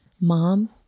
mom